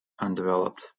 undeveloped